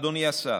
אדוני השר,